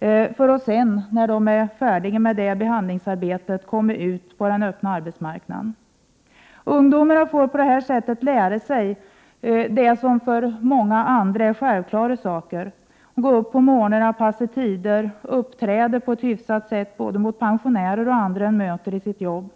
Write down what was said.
1988/89:123 När de är färdiga med behandlingsarbetet skall de komma ut på den öppna 29 maj 1989 arbetsmarknaden. Ungdomarna får på detta sätt lära sig det som för många andra är självklara saker; att gå upp på morgonen, passa tider, uppträda på ett hyfsat sätt mot pensionärer och andra de möter i sitt arbete.